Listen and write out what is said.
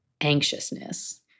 anxiousness